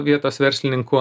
vietos verslininkų